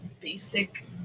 basic